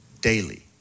daily